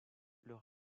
leur